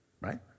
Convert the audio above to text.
right